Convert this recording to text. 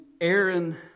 Aaron